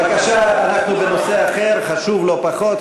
בבקשה, אנחנו בנושא אחר, חשוב לא פחות.